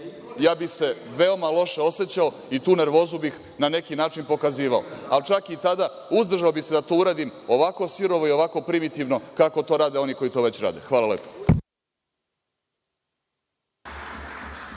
sam, veoma loše osećao i tu nervozu bih, na neki način, pokazivao. Ali, čak i tada bih se uzdržao da to uradim ovako sirovo i ovako primitivno, kako to rade oni koji to već rade. Hvala lepo.